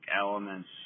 elements